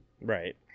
Right